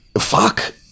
fuck